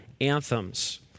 anthems